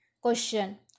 Question